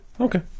okay